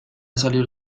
salir